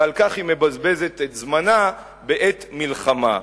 ועל כך היא מבזבזת את זמנה בעת מלחמה.